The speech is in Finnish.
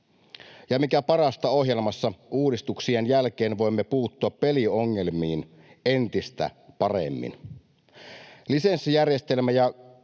Ja mikä parasta ohjelmassa, uudistuksien jälkeen voimme puuttua peliongelmiin entistä paremmin.